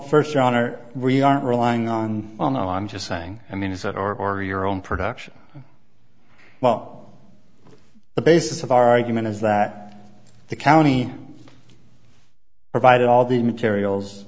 first your honor we aren't relying on well no i'm just saying i mean it's that or your own production well the basis of our argument is that the county provided all the materials